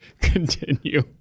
continue